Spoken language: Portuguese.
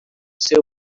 seu